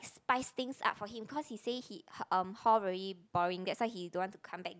spice things up for him cause he say he um hall very boring that's why he don't want to come back